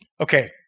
Okay